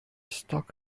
stock